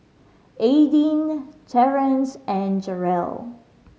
Aydin Terrance and Jerel